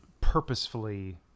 purposefully